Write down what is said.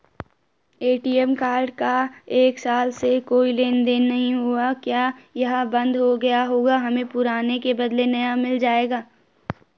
मेरा ATM card का एक साल से कोई लेन देन नहीं हुआ है क्या यह बन्द हो गया होगा हमें पुराने के बदलें नया मिल जाएगा?